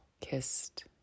kissed